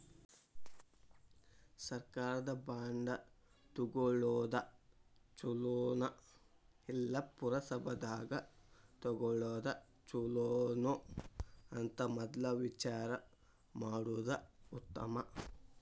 ಸರ್ಕಾರದ ಬಾಂಡ ತುಗೊಳುದ ಚುಲೊನೊ, ಇಲ್ಲಾ ಪುರಸಭಾದಾಗ ತಗೊಳೊದ ಚುಲೊನೊ ಅಂತ ಮದ್ಲ ವಿಚಾರಾ ಮಾಡುದ ಉತ್ತಮಾ